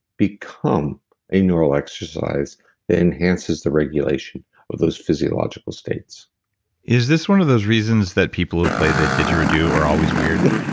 become a neural exercise then enhances the regulation of those physiological states is this one of those reasons that people who play the didgeridoo are always weird?